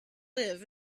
live